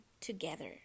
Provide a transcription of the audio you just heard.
together